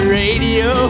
radio